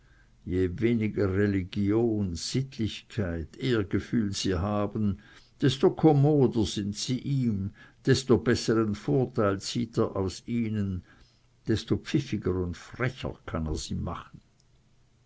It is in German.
je weniger religion sittlichkeit ehrgefühl sie haben desto komoder sind sie ihm desto besseren vorteil zieht er aus ihnen desto pfiffiger und frecher kann er sie machen